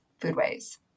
foodways